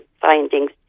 findings